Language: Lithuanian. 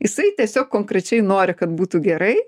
jisai tiesiog konkrečiai nori kad būtų gerai